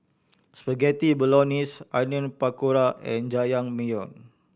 Spaghetti Bolognese Onion Pakora and Jajangmyeon